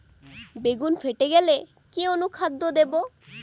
বেগুন ফেটে গেলে কি অনুখাদ্য দেবো?